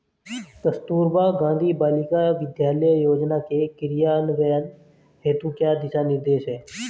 कस्तूरबा गांधी बालिका विद्यालय योजना के क्रियान्वयन हेतु क्या दिशा निर्देश हैं?